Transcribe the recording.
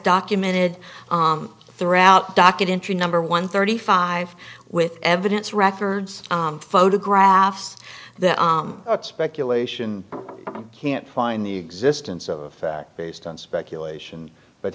documented throughout documentary number one thirty five with evidence records photographs that speculation can't find the existence of fact based on speculation but